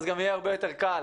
אז גם יהיה הרבה יותר קל